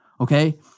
okay